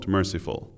Merciful